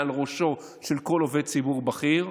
מעל ראשו של כל עובד ציבור בכיר.